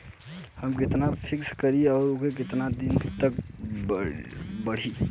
हम कितना फिक्स करी और ऊ कितना दिन में बड़ी?